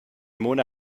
mona